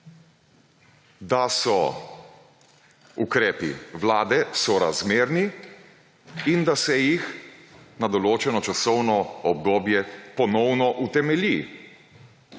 da so ukrepi Vlade sorazmerni, in da se jih na določeno časovno obdobje ponovno utemelji.